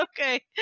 okay